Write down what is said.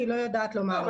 אני לא יודעת לומר לך.